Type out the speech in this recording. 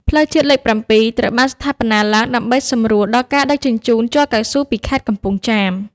ផ្លូវជាតិលេខ ៧ ត្រូវបានស្ថាបនាឡើងដើម្បីសម្រួលដល់ការដឹកជញ្ជូនជ័រកៅស៊ូពីខេត្តកំពង់ចាម។